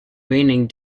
raining